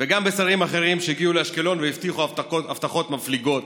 וגם בשרים אחרים שהגיעו לאשקלון והבטיחו הבטחות מפליגות,